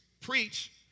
preach